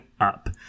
up